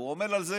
הוא עמל על זה